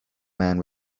man